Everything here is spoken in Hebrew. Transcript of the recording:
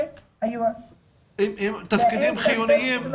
תפקידים חיוניים.